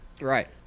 Right